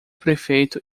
prefeito